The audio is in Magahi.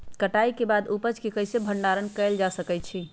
कटाई के बाद उपज के कईसे भंडारण कएल जा सकई छी?